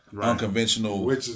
unconventional